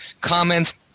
comments